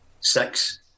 Six